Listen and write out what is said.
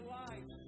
life